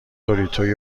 دوریتوی